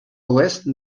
oest